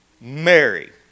Mary